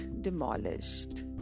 demolished